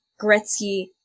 Gretzky